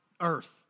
earth